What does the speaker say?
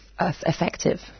effective